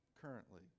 currently